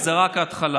וזאת רק ההתחלה.